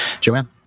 Joanne